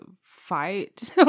fight